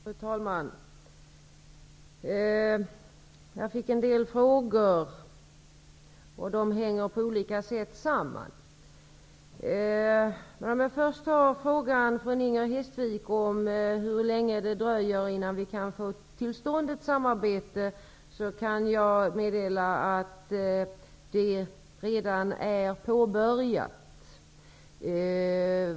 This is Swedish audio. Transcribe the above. Fru talman! Jag fick en del frågor, och de hänger på olika sätt samman. Inger Hestvik frågade hur länge det dröjer innan vi kan få till stånd ett samarbete. Jag kan meddela att ett sådant samarbete redan är påbörjat.